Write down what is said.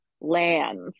lands